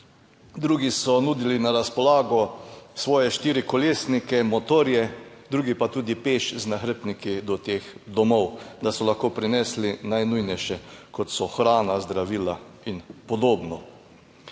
drugi so nudili na razpolago svoje štirikolesnike, motorje, drugi pa tudi peš z nahrbtniki do teh domov, da so lahko prinesli najnujnejše kot so hrana, zdravila in podobno.